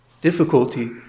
difficulty